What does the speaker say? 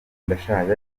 ndashaje